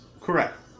Correct